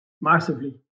Massively